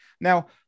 Now